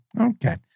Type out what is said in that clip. Okay